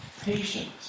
patience